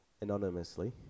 anonymously